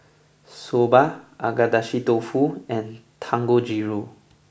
Soba Agedashi Dofu and Dangojiru